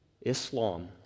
Islam